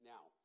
Now